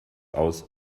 aus